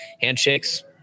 handshakes